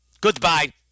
Goodbye